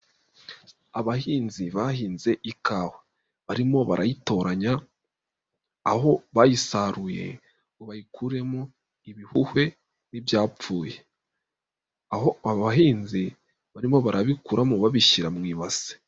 Abahinzi bahinze ikawa. Barimo barayitoranya aho bayisaruye bayikuremo ibihuhwe n'ibyapfuye. Aho bahinzi barimo barabikuramo babishyira mu ibase.